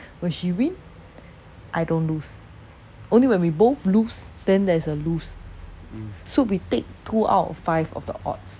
when she win I don't lose only when we both lose then there's a lose so we take two out of five of the odds